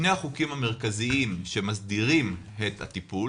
שני החוקים המרכזיים, שמסדירים את הטיפול